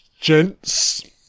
gents